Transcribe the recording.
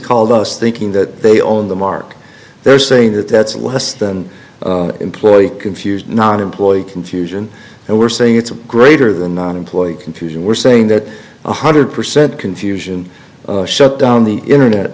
called us thinking that they own the mark they're saying that that's less than employee confused not employee confusion and we're saying it's greater than not employee confusion we're saying that one hundred percent confusion shut down the internet